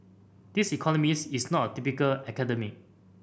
this economist is not a typical academic